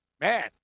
man